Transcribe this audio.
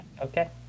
Okay